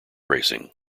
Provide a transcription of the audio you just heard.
racing